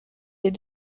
les